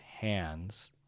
hands